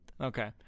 Okay